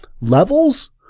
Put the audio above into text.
Levels